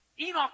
Enoch